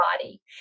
body